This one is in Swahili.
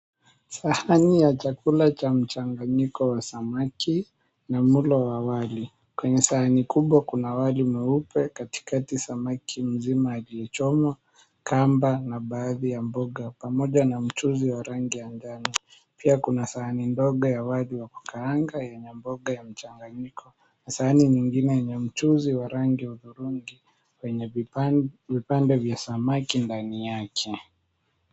Sahani ya chakula cha mchanganyiko wa samaki na mulo wa wali. Kwenye sahani kubwa kuna wali mweupe, katikati samaki mzima aliyechomwa, kamba na baadhi ya mboga pamoja na mchuzi wa rangi ya njano. Pia kuna sahani ndogo ya wali wa kukaanga yenye mboga ya mchanganyiko. Sahani nyingine yenye mchuzi wa rangi ya hudhurungi yenye vipande vya samaki ndani yake.